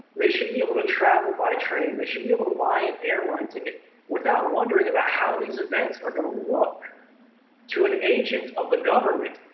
they should be able to travel by train, they should be able to buy an airline ticket without wondering about how these events are going to look to an agent of the government,